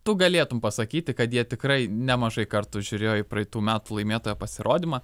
tu galėtum pasakyti kad jie tikrai nemažai kartų žiūrėjo į praeitų metų laimėtojo pasirodymą